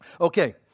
Okay